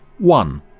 one